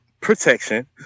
protection